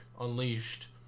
unleashed